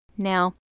Now